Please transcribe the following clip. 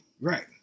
Right